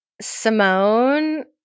Simone